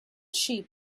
sheep